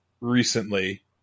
recently